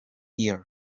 ear